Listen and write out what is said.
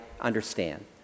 understand